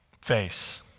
face